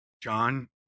John